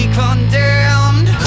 condemned